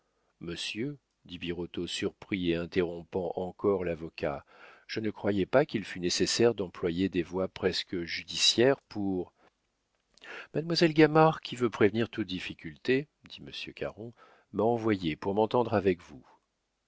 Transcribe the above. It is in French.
monsieur dit birotteau surpris et interrompant encore l'avocat je ne croyais pas qu'il fût nécessaire d'employer des voies presque judiciaires pour mademoiselle gamard qui veut prévenir toute difficulté dit monsieur caron m'a envoyé pour m'entendre avec vous